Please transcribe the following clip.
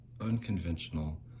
unconventional